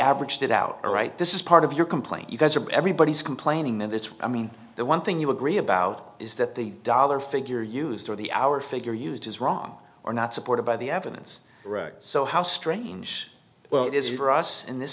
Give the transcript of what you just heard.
averaged it out all right this is part of your complaint you guys are everybody's complaining that it's i mean the one thing you agree about is that the dollar figure used by the hour figure used is wrong or not supported by the evidence so how strange well it is for us in this